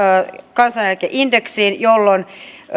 kansaneläkeindeksiin jolloin